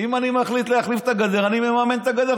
אם אני מחליט להחליף את הגדר, אני מממן את הגדר.